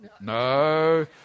No